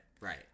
right